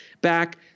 back